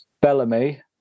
Bellamy